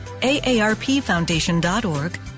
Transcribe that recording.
AARPFoundation.org